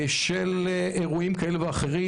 בשל אירועים כאלה ואחרים,